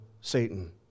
Satan